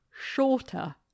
shorter